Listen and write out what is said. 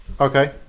Okay